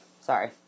Sorry